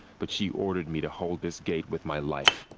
but she ordered me to hold this gate with my life.